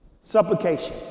Supplication